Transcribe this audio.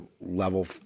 level